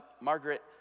Margaret